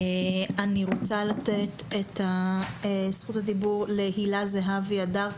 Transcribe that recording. אני רוצה לתת את זכות הדיבור להילה זהבי אדר,